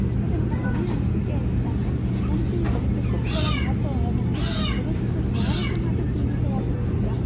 ಮತ್ತು ನನ್ನ ಕೊನೆಯ ಅನಿಸಿಕೆ ಏನಂತ ಅಂದರೆ ನಮ್ಮ ಜೀವನದಲ್ಲಿ ಪುಸ್ತಕಗಳ ಮಹತ್ವವನ್ನು ನಮಗೆ ವದಂತಿಸೊ ಜ್ಞಾನಕ್ಕೆ ಮಾತ್ರ ಸೀಮಿತವಾಗಿರುವುದಿಲ್ಲ